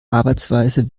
arbeitsweise